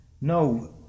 No